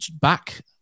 back